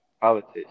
Politics